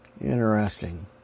Interesting